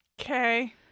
Okay